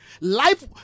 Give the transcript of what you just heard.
Life